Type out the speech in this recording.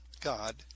God